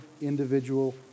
individual